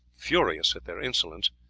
furious at their insolence,